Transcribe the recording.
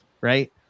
right